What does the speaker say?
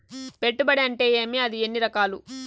పెట్టుబడి అంటే ఏమి అది ఎన్ని రకాలు